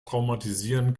traumatisieren